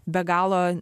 be galo